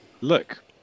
look